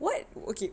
what okay